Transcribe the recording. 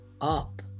up